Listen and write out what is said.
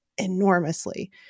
enormously